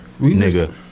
Nigga